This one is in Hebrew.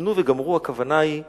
נמנו וגמרו, הכוונה היא דנו,